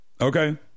okay